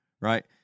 right